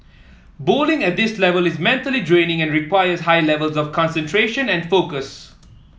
bowling at this level is mentally draining and requires high levels of concentration and focus